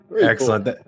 Excellent